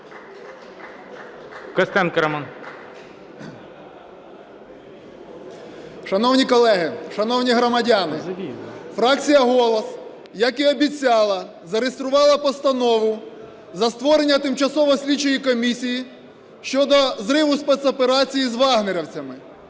Шановні колеги, шановні громадяни! Фракція "Голос", як і обіцяла, зареєструвала Постанову за створення Тимчасової слідчої комісії щодо зриву спецоперації з "вагнерівцями".